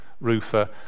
roofer